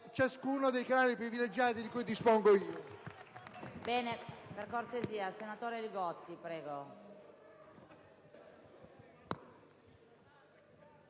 ognuno dei canali privilegiati di cui dispongo io.